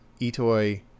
Itoi